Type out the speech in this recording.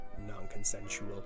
non-consensual